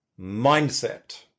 mindset